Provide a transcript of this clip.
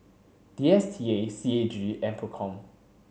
D S T A C A G and PROCOM